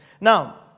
Now